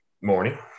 morning